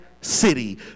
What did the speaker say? city